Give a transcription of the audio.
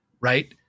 right